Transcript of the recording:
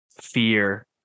fear